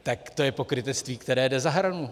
Tak to je pokrytectví, které jde za hranu.